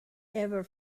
ever